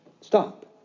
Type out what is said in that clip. Stop